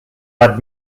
led